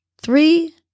three